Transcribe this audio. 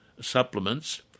supplements